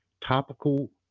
topical